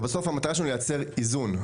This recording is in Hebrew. ובסוף המטרה שלנו לייצר איזון.